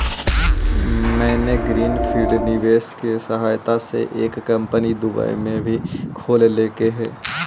मैंने green field निवेश के सहायता से एक कंपनी दुबई में भी खोल लेके हइ